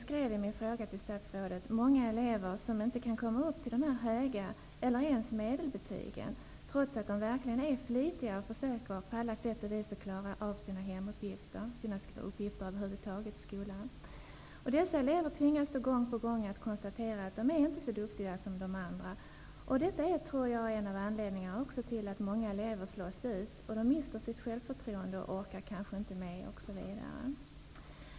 I min fråga till statsrådet skrev jag att många elever inte kan uppnå de höga betygen -- eller ens medelbetygen -- trots att de är verkligen flitiga och på alla sätt försöker klara sina skol och hemuppgifter. Dessa elever tvingas att gång på gång konstatera att de inte är lika duktiga som de övriga eleverna. Det är en av anledningarna, tror jag, till att många elever slås ut, att de mister sitt självförtroende och att de inte orkar med, osv.